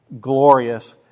glorious